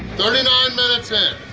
thirty nine minutes in!